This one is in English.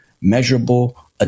measurable